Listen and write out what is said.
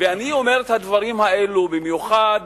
אני אומר את הדברים האלה במיוחד